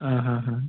ആ ഹാ ഹാ